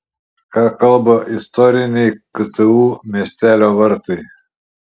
ką kalba istoriniai ktu miestelio vartai